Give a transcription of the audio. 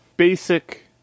Basic